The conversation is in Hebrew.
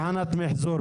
המחוזי